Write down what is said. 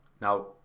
Now